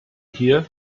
hier